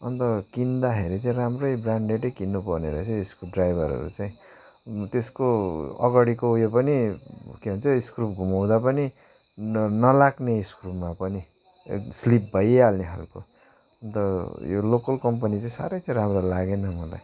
अन्त किन्दाखेरि चाहिँ राम्रै ब्रान्डेडै किन्नुपर्ने रहेछ स्क्रुवड्राइभरहरू चाहिँ त्यसको अगाडिको यो पनि के भन्छ स्क्रुव घुमाउँदा पनि न नलाग्ने स्क्रुवमा पनि एक स्लिप भइहाल्ने खालको अन्त यो लोकल कम्पनी चाहिँ साह्रै चाहिँ राम्रो लागेन मलाई